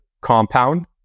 compound